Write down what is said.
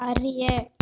அறிய